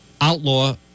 outlaw